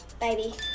Baby